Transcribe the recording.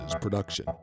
production